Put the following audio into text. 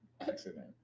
Accident